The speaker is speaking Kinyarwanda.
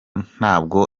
ntabwo